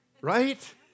right